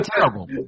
terrible